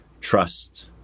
trust